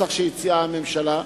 בנוסח שהציעה הממשלה.